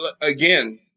again